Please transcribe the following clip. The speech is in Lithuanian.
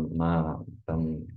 na ten